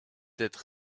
être